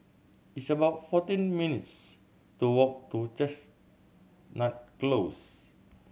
it's about fourteen minutes' to walk to Chestnut Close